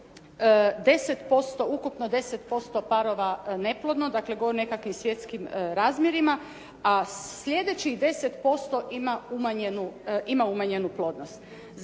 ukupno 10% parova neplodno, dakle u nekakvim svjetskim razmjerima a slijedećih 10% ima umanjenu plodnost.